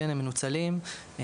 והם מנוצלים,